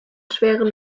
schweren